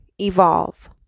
Evolve